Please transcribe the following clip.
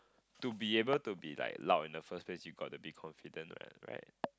to be able to be like loud in the first place you got to be confident what right